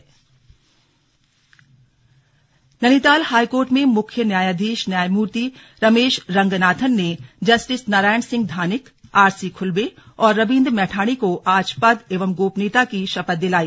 slug न्यायाधीश शपथ Nainital high court में मुख्य न्यायधीश न्यायमूर्ति रमेश रंगनाथन ने जस्टिस नारायण सिंह धानिक आरसी खुल्बे और रविन्द्र मैठाणी को आज पद एवं गोपनीयता की शपथ दिलाई